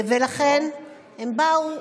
ולכן הם באו.